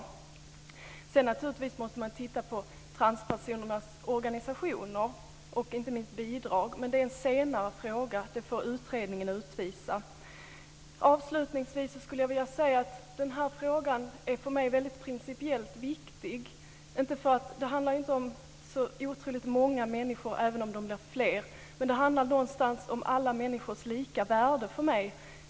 Sedan måste man naturligtvis titta på transpersonernas organisationer och inte minst bidragen. Men det blir en senare fråga som utredningen får ta ställning till. Avslutningsvis skulle jag vilja säga att den här frågan för mig är principiellt väldigt viktig, inte för att det handlar om så otroligt många människor, även om de blir fler. Men för mig handlar det någonstans om alla människors lika värde.